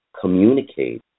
communicate